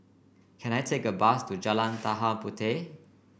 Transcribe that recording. can I take a bus to Jalan Tanah Puteh